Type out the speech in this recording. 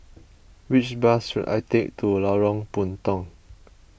which bus should I take to Lorong Puntong